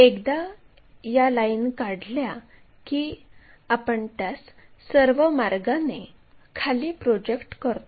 एकदा या लाईन काढल्या की आपण त्यास सर्व मार्गाने खाली प्रोजेक्ट करतो